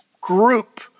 group